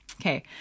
okay